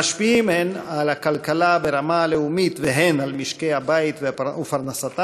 המשפיעים הן על הכלכלה ברמה הלאומית והן על משקי הבית ופרנסתם,